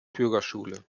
bürgerschule